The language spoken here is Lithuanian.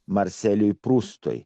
marseliui prustui